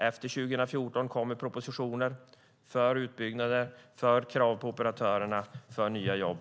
Efter 2014 kommer propositionen för utbyggnaden, för krav på operatörerna och för nya jobb.